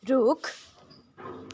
रुख